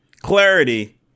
clarity